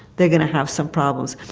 they are going to have some problems.